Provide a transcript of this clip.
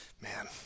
Man